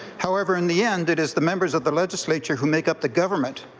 however, in the end it is the members of the legislature who make up the government,